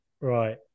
Right